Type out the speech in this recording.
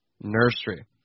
Nursery